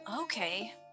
Okay